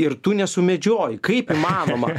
ir tu nesumedžioji kaip įmanoma